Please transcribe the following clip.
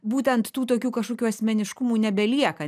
būtent tų tokių kažkokių asmeniškumų nebelieka